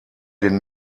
den